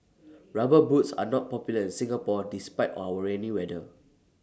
rubber boots are not popular in Singapore despite our rainy weather